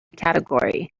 category